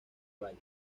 vaya